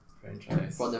franchise